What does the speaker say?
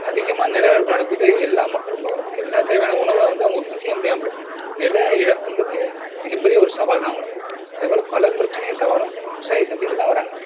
அதிகமாந நில இழப்பு நடக்கும் போது எல்லா மக்களுக்கும் எல்லா தேவையான உணவை வந்து அவங்க உற்பத்தி செய்ய முடியாமல் போயிடுது நில இழப்புங்கிறது மிகப்பெரிய ஒரு சவால் தான் அவங்களுக்கு அதே போல பல பிரச்சினையும் சவாலும் விவசாயி சந்திச்சுட்டு தான் வராங்க